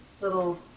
little